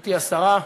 גברתי השרה,